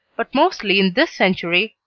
but mostly in this century,